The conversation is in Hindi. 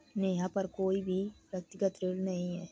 नेहा पर कोई भी व्यक्तिक ऋण नहीं है